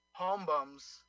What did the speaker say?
Homebums